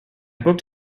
booked